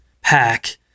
pack